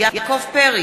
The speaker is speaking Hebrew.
יעקב פרי,